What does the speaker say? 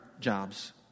jobs